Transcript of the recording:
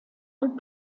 und